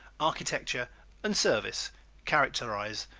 architecture and service characterize